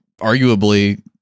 arguably